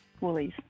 Woolies